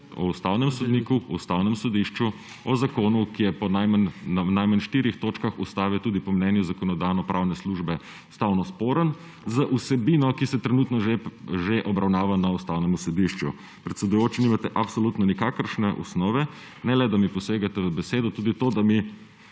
o ustavnem sodniku, o Ustavnem sodišču, o zakonu, ki je po najmanj štirih točkah Ustave tudi po mnenju Zakonodajno-pravne službe ustavnosporen z vsebino, ki se trenutno že obravnava na Ustavnem sodišču. Predsedujoči, nimate absolutno nikakršne osnove, ne le, da mi posegate v besedo, tudi to, da mi